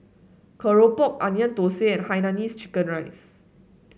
keropok Onion Thosai and Hainanese Chicken Rice